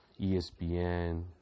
ESPN